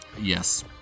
Yes